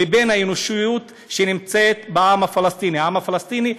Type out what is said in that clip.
לבין האנושיות שנמצאת בעם הפלסטיני.